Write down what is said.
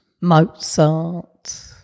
Mozart